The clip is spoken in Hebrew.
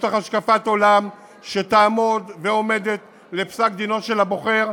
יש לך השקפת עולם שתעמוד ועומדת לפסק-דינו של הבוחר,